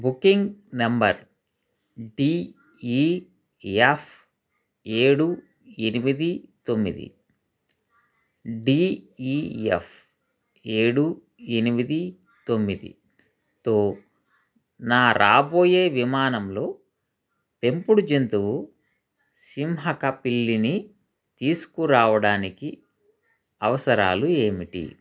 booking number D E F ఏడు ఎనిమిది తొమ్మిది డి ఈ ఎఫ్ ఏడు ఎనిమిది తొమ్మిదితో నా రాబోయే విమానంలో పెంపుడు జంతువు సింహక పిల్లిని తీసుకురావడానికి అవసరాలు ఏమిటి